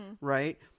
Right